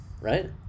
right